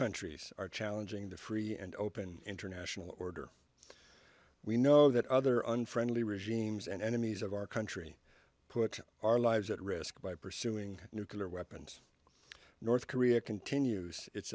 countries are challenging the free and open international order we know that other unfriendly regimes and enemies of our country put our lives at risk by pursuing nuclear weapons north korea continues it